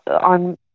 on